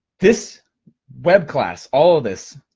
this web class, all of this,